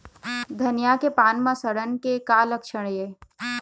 धनिया के पान म सड़न के का लक्षण ये?